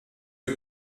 you